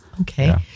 Okay